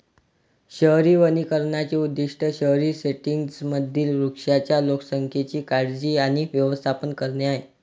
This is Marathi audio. शहरी वनीकरणाचे उद्दीष्ट शहरी सेटिंग्जमधील वृक्षांच्या लोकसंख्येची काळजी आणि व्यवस्थापन करणे आहे